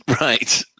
Right